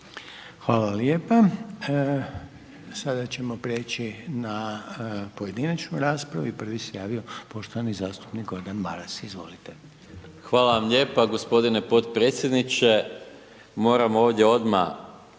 Hvala lijepa. Sada ćemo prijeći na pojedinačnu raspravu i prvi se javio poštovani zastupnik Gordan Maras, izvolite. **Maras, Gordan (SDP)** Hvala vam lijepa g. potpredsjedniče. Moram ovdje odmah